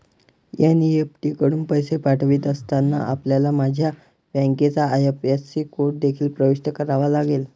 NEFT कडून पैसे पाठवित असताना, आपल्याला माझ्या बँकेचा आई.एफ.एस.सी कोड देखील प्रविष्ट करावा लागेल